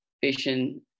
vision